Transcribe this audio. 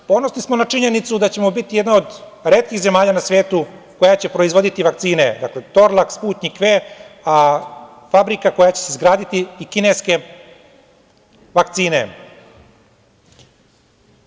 Ponosni smo na činjenicu da ćemo biti jedna od retkih zemalja na svetu koja će proizvoditi vakcine, "Torlak", "Sputnjik V", a fabrika koja će se izgraditi i kineske vakcine.